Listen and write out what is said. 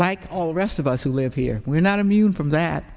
like all rest of us who live here we're not immune from that